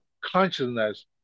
consciousness